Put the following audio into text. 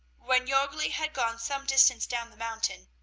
when jorgli had gone some distance down the mountain,